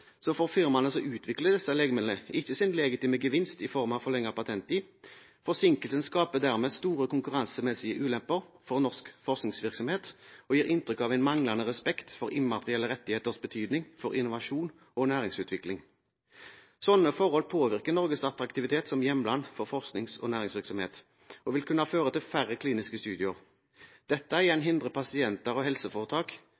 firmaene som utvikler disse legemidlene, ikke sin legitime gevinst i form av forlenget patenttid. Forsinkelsen skaper dermed store konkurransemessige ulemper for norsk forskningsvirksomhet og gir inntrykk av en manglende respekt for immaterielle rettigheters betydning for innovasjon og næringsutvikling. Slike forhold påvirker Norges attraktivitet som hjemland for forskning og næringsvirksomhet, og vil kunne føre til færre kliniske studier. Dette